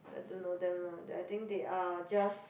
I don't know them lah that I think they are just